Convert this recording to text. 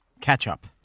catch-up